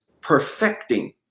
perfecting